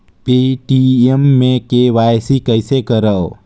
Paytm मे KYC कइसे करव?